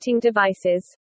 devices